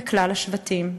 לכלל השבטים.